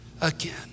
again